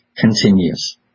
continues